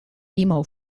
emo